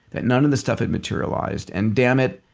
that none of the stuff had materialized. and damn it,